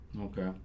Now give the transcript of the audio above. Okay